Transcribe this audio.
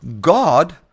God